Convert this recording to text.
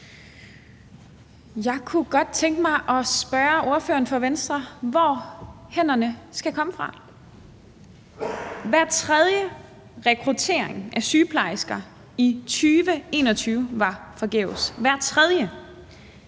Jeg kunne godt tænke mig at spørge ordføreren for Venstre, hvor hænderne skal komme fra. Hver tredje rekruttering af sygeplejersker i 2021 var forgæves – hver tredje!